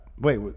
Wait